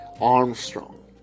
Armstrong